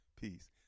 Peace